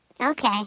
Okay